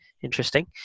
interesting